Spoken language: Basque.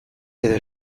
edo